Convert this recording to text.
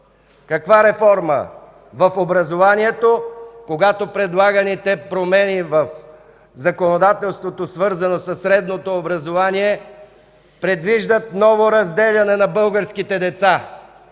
Каква реформа в образованието, когато предлаганите промени в законодателството, свързано със средното образование, предвиждат ново разделяне на българските деца